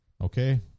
okay